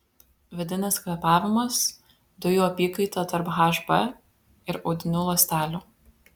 vidinis kvėpavimas dujų apykaita tarp hb ir audinių ląstelių